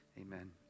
amen